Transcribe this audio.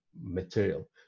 material